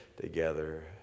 together